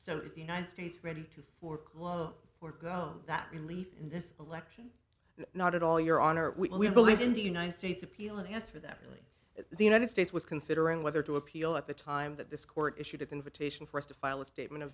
so is the united states ready to foreclose or go that relief in this election not at all your honor we believe in the united states appeal and as for that really that the united states was considering whether to appeal at the time that this court issued its invitation for us to file a statement of